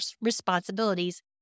responsibilities